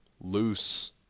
loose